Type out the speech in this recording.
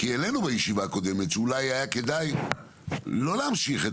העלינו בישיבה הקודמת שאולי היה כדאי לא להמשיך את